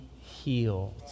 healed